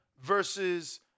versus